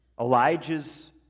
Elijah's